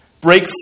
Break